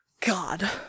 God